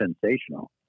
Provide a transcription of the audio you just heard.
sensational